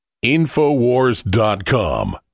InfoWars.com